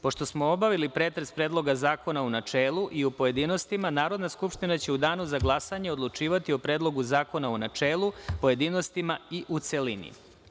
Pošto smo obavili pretres Predloga zakona u načelu i u pojedinostima, Narodna skupština će u danu za glasanje odlučivati o Predlogu zakona u načelu, pojedinostima i u celini.